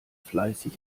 fleißig